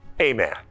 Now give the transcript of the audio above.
Amen